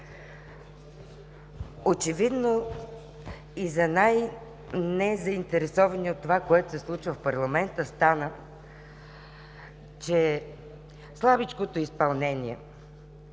Очевидно и за най-незаинтересования от това, което се случва в парламента, става ясно, че слабичкото изпълнение